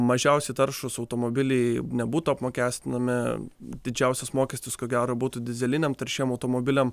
mažiausiai taršūs automobiliai nebūtų apmokestinami didžiausias mokestis ko gero būtų dyzeliniam taršiem automobiliam